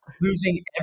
losing